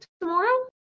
tomorrow